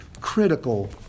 critical